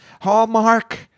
Hallmark